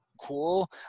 cool